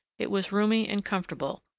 it was roomy and comfortable,